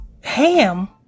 Ham